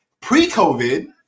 pre-COVID